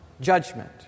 judgment